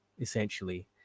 essentially